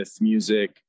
music